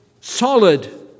solid